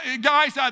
Guys